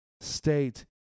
state